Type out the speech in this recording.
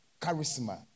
charisma